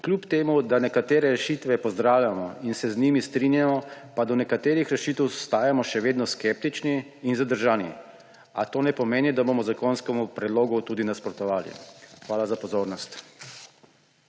Kljub temu da nekatere rešitve pozdravljamo in se z njimi strinjamo, pa do nekaterih rešitev ostajamo še vedno skeptični in zadržani, a to ne pomeni, da bomo zakonskemu predlogu nasprotovali. Hvala za pozornost.